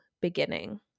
beginning